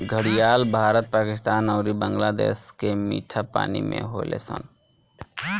घड़ियाल भारत, पाकिस्तान अउरी बांग्लादेश के मीठा पानी में होले सन